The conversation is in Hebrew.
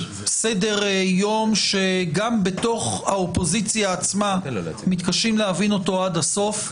סדר יום שגם בתוך האופוזיציה עצמה מתקשים להבין אותו עד הסוף,